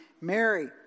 Mary